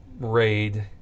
Raid